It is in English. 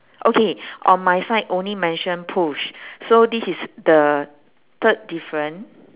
okay on my side only mention push so this is the third different